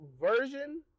version